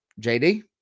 JD